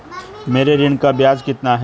मेरे ऋण का ब्याज कितना है?